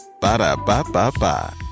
Ba-da-ba-ba-ba